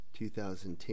2010